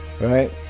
Right